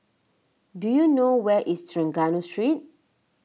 do you know where is Trengganu Street